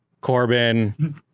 Corbin